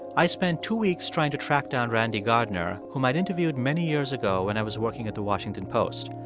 i spent two weeks trying to track down randy gardner, whom i'd interviewed many years ago when i was working at the washington post.